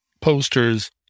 posters